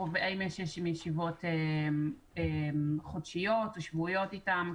האם יש ישיבות חודשיות או שבועיות איתם,